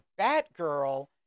Batgirl